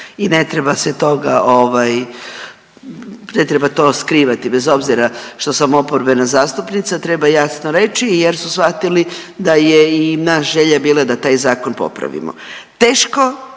i ne treba se toga, ne treba to skrivati, bez obzira što sam oporbena zastupnica treba jasno reći jer su shvatili i naš želja je bila da taj zakon popravimo.